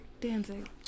dancing